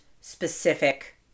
specific